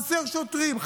חסרים שוטרים,